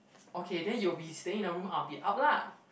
okay then you will be staying in a room I'll be out lah